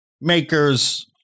makers